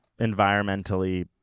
environmentally